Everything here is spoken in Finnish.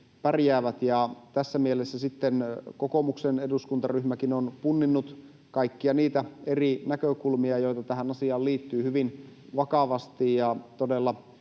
pärjäävät, ja tässä mielessä sitten kokoomuksen eduskuntaryhmäkin on punninnut kaikkia niitä eri näkökulmia, joita tähän asiaan liittyy, hyvin vakavasti.